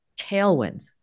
tailwinds